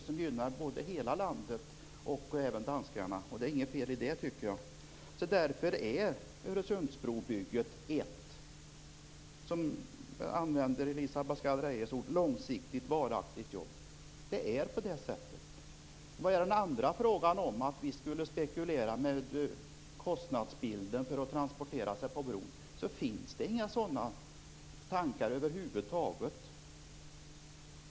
Det skulle gynna hela landet och även danskarna, och det är inget fel i det. Därför innebär Öresundsbrobygget långsiktigt varaktiga jobb, för att använda Elisa Abascal Reyes ord. Det är så. Den andra frågan gällde om vi skulle spekulera med kostnadsbilden för transporter på bron. Men det finns inga sådana tankar över huvud taget.